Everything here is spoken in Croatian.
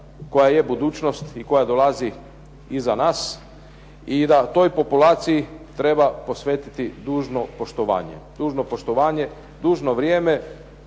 koja je budućnost i koja dolazi poslije nas i da toj populaciji treba posvetiti dužno poštovanje. Dužno poštovanje, dužno vrijeme